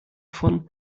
von